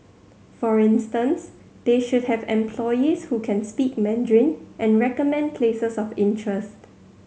for instance they should have employees who can speak Mandarin and recommend places of interest